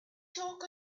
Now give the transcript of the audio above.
talk